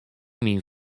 myn